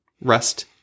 rest